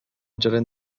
gerent